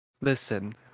Listen